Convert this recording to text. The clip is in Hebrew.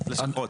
הלשכות?